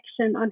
on